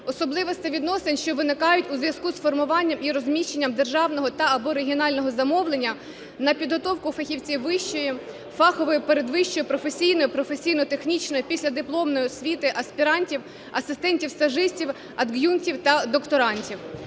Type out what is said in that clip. особливостей відносин, що виникають у зв'язку з формуванням і розміщенням державного та/або регіонального замовлення на підготовку фахівців вищої, фахової передвищої, професійної (професійно-технічної), післядипломної освіти аспірантів, асистентів-стажистів, ад'юнктів та докторантів.